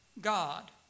God